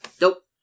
Nope